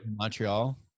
Montreal